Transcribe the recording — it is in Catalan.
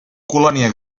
colònia